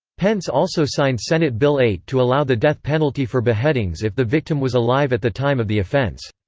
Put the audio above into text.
pence also signed senate bill eight to allow the death penalty for beheadings if the victim was alive at the time of the offense.